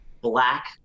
black